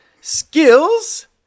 skills